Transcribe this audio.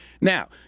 Now